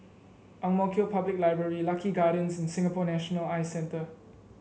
Ang Mo Kio Public Library Lucky Gardens and Singapore National Eye Centre